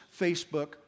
Facebook